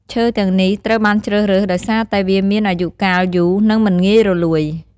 ឈើទាំងនេះត្រូវបានជ្រើសរើសដោយសារតែវាមានអាយុកាលយូរ និងមិនងាយរលួយ។